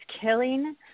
killing